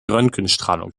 röntgenstrahlung